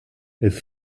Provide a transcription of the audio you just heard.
has